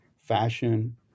fashion